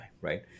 right